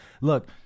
look